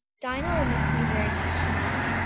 dinah'll miss me very much to-night,